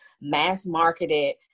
mass-marketed